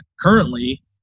currently